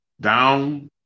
down